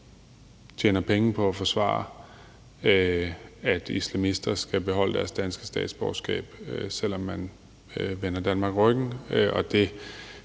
tjener penge på at forsvare, at islamister skal beholde deres danske statsborgerskab, selv om man vender Danmark ryggen,